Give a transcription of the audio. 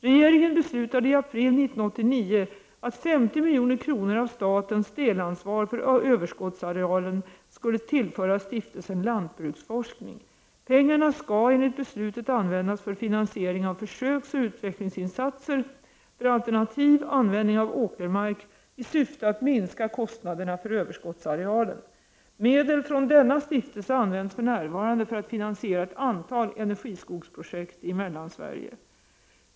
Regeringen beslutade i april 1989 att 50 milj.kr. av statens delansvar för överskottsarealen skulle tillföras stiftelsen Lantbruksforskning. Pengarna skall enligt beslutet användas för finansiering av försöksoch utvecklingsinsatser för alternativ användning av åkermark i syfte att minska kostnaderna för överskottsarealen. Medel från denna stiftelse används för närvarande för att finansiera ett a”t?l energiskogsprojekt i Mellansverige.